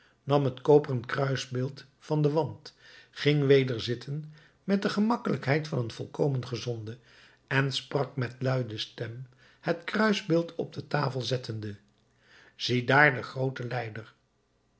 nam het koperen kruisbeeld van den wand ging weder zitten met de gemakkelijkheid van een volkomen gezonde en sprak met luide stem het kruisbeeld op de tafel zettende ziedaar den grooten lijder